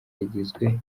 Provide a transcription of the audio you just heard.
yagizwe